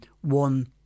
one